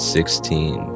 Sixteen